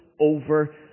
over